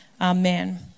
Amen